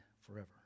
forever